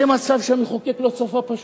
זה מצב שהמחוקק לא צפה, פשוט.